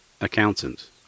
accountant